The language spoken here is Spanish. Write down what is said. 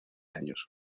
años